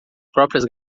próprias